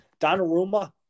Donnarumma